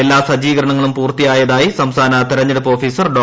എല്ലാ സജ്ജീകരണങ്ങളും പൂർത്തിയായതായി സംസ്ഥാന തെരഞ്ഞെടുപ്പ് ഓഫീസർ ഡോ